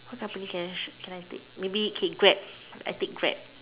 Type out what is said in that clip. company cash can I take maybe okay Grab I take Grab